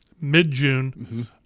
mid-June